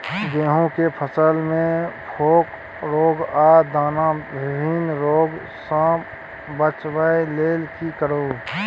गेहूं के फसल मे फोक रोग आ दाना विहीन रोग सॅ बचबय लेल की करू?